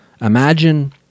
Imagine